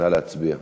נא להצביע.